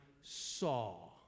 saw